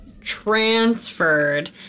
transferred